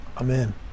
amen